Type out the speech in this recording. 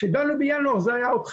כשדנו בינואר זה היה עוד חם,